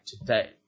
today